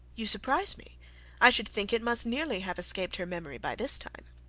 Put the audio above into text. you surprise me i should think it must nearly have escaped her memory by this time.